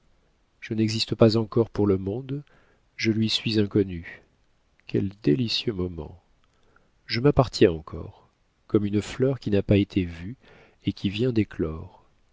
je n'existe pas encore pour le monde je lui suis inconnue quel délicieux moment je m'appartiens encore comme une fleur qui n'a pas été vue et qui vient d'éclore